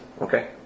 Okay